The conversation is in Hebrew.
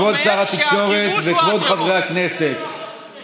כבוד שר התקשורת וכבוד חברי הכנסת,